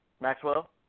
Maxwell